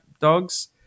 dogs